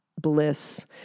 bliss